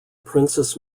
princess